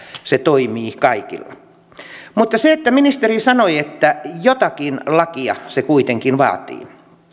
se toimii kaikille mutta ministeri sanoi että jotakin lakia se kuitenkin vaatii